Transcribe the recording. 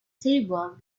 table